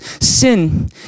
Sin